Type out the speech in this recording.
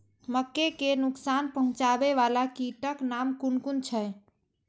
मके के नुकसान पहुँचावे वाला कीटक नाम कुन कुन छै?